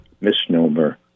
misnomer